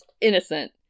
innocent